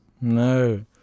No